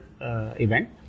event